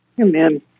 Amen